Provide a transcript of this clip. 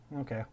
okay